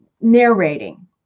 narrating